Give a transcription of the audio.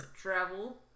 travel